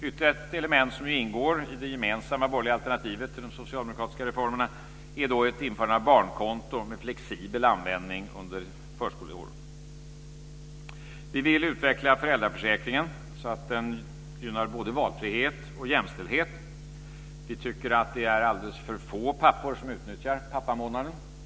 Ytterligare ett element som ingår i det gemensamma borgerliga alternativet till de socialdemokratiska reformerna är ett införande av barnkonto med flexibel användning under förskoleåren. Vi vill utveckla föräldraförsäkringen så att den gynnar både valfrihet och jämställdhet. Vi tycker att det är alldeles för få pappor som utnyttjar pappamånaden.